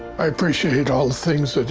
i appreciate all the things